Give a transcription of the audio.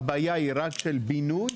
הבעיה היא רק של בינוי?